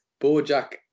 Bojack